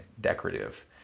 decorative